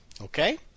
Okay